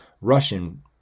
Russian